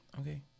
Okay